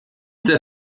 that